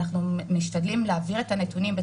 ואנחנו משתדלים להעביר את הנתונים,